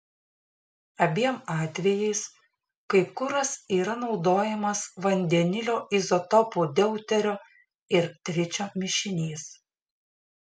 abiem atvejais kaip kuras yra naudojamas vandenilio izotopų deuterio ir tričio mišinys